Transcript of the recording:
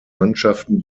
mannschaften